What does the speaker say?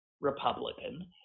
Republican